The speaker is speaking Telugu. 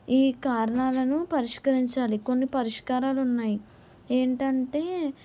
ఈ కారణాలను పరిష్కరించాలి కొన్ని పరిష్కారాలు ఉన్నాయి ఏంటంటే